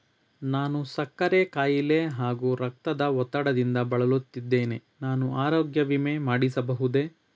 ನಾನು ಸಕ್ಕರೆ ಖಾಯಿಲೆ ಹಾಗೂ ರಕ್ತದ ಒತ್ತಡದಿಂದ ಬಳಲುತ್ತಿದ್ದೇನೆ ನಾನು ಆರೋಗ್ಯ ವಿಮೆ ಮಾಡಿಸಬಹುದೇ?